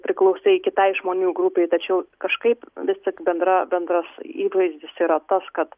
priklausai kitai žmonių grupei tačiau kažkaip vis tik bendra bendras įvaizdis yra tas kad